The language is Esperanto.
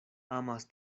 amas